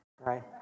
right